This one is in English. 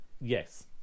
yes